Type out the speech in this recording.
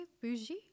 Bougie